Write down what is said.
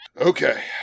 Okay